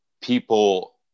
people